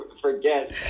forget